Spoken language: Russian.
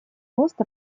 роста